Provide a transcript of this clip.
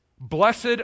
Blessed